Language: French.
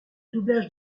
doublage